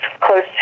close